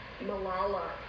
Malala